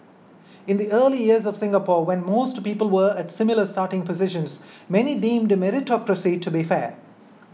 in the early years of Singapore when most people were at similar starting positions many deemed meritocracy to be fair